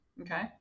Okay